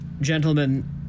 Gentlemen